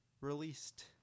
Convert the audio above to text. released